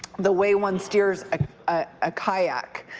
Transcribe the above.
the way one steers a kayak.